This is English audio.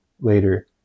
later